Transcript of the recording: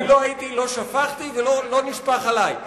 אני לא הייתי, לא שפכתי ולא נשפך עלי.